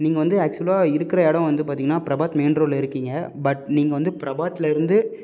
நீங்கள் வந்து அக்சுவலாக இருக்கிற இடம் வந்து பார்த்திங்கனா பிரபாத் மெயின் ரோட்டில் இருக்கீங்க பட் நீங்கள் வந்து பிரபாத்லருந்து